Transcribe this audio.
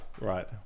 Right